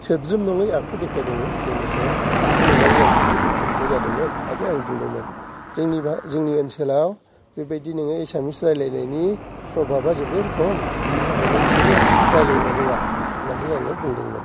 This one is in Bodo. सोद्रोम नङै आखु देखायदोंमोन जोंनि सायाव बेखौ नुनानै आं जोबोद दुखु मोननाय जादोंमोन आरो आं बुंदोंमोन जोंनि बे जोंनि ओनसोलाव बेबादि नोङो एसामिस रायलायनायनि प्रभाबा जोबोद खम बिनिथाखायनो बिसोरो रायलायनो रोङा होननानै आङो बुंदोंमोन